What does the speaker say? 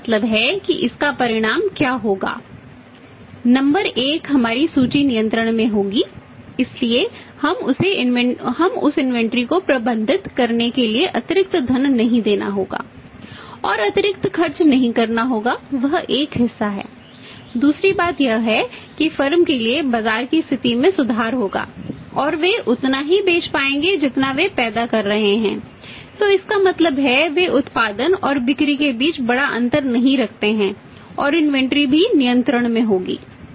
तो इसका मतलब है कि इसका परिणाम क्या होगा नंबर 1 हमारी सूची नियंत्रण में होगी इसलिए हमें उस इन्वेंट्री भी नियंत्रण में होगी